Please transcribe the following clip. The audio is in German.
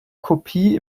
kopie